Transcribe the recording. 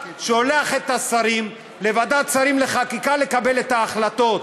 שולח את השרים לוועדת שרים לחקיקה לקבל את ההחלטות,